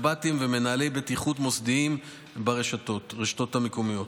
קב"טים ומנהלי בטיחות מוסדיים ברשתות המקומיות.